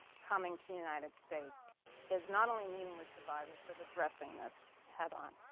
coming to united states is not only meeting with survivors but addressing this head on.